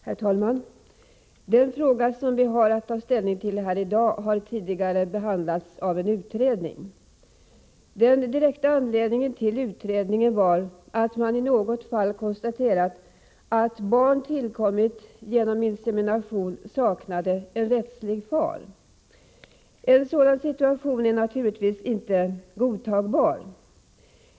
Herr talman! Den fråga som vi har att ta ställning till i dag har tidigare behandlats av en utredning. Den direkta anledningen till utredningen var att man i något fall hade konstaterat att ett barn som tillkommit genom insemination saknade en rättslig far. En sådan situation är naturligtvis inte godtagbar.